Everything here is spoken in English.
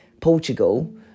Portugal